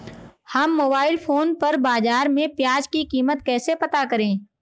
हम mobile phone पर बाज़ार में प्याज़ की कीमत कैसे पता करें?